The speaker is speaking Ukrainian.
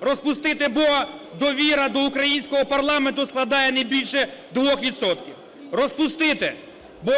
Розпустити, бо довіра до українського парламенту складає не більше 2 відсотків. Розпустити, бо